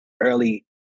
early